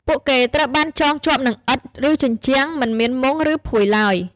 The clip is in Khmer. ពួកគេត្រូវបានចងជាប់នឹងឥដ្ឋ ឬជញ្ជាំង មិនមានមុង ឬភួយឡើយ។